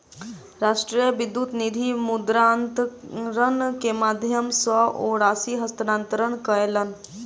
राष्ट्रीय विद्युत निधि मुद्रान्तरण के माध्यम सॅ ओ राशि हस्तांतरण कयलैन